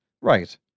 Right